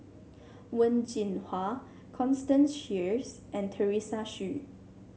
Wen Jinhua Constance Sheares and Teresa Hsu